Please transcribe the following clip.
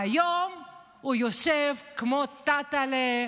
והיום הוא יושב כמו טטלה,